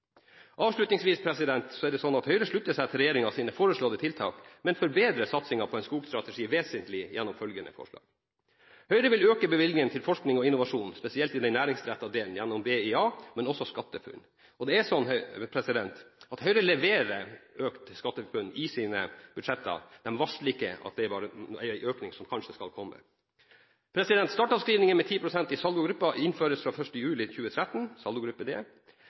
Avslutningsvis er det sånn at Høyre slutter seg til regjeringens foreslåtte tiltak, men forbedrer satsingen på en skogstrategi vesentlig gjennom følgende forslag: Høyre vil øke bevilgningene til forskning og innovasjon, spesielt den næringsrettede delen gjennom BIA, men også SkatteFUNN. Høyre leverer økt SkatteFUNN i våre budsjetter – vi varsler ikke at det er en økning som kanskje skal komme. Startavskrivninger med 10 pst. i saldogruppe d innføres fra 1. juli 2013.